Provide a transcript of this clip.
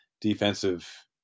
defensive